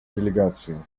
делегации